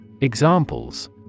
examples